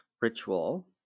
ritual